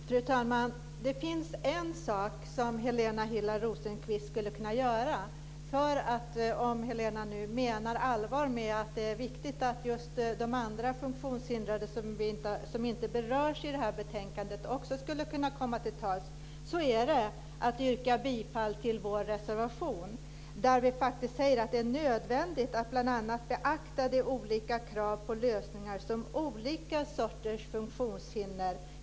Fru talman! Det finns en sak som Helena Hillar Rosenqvist skulle kunna göra, om hon menar allvar med att det är viktigt att också de funktionshindrade som inte berörs i det här betänkandet skulle kunna komma till tals. Hon skulle kunna yrka bifall till vår reservation, där vi säger att det är nödvändigt bl.a. att beakta de skilda krav på lösningar som ställs av olika sorters funktionshinder.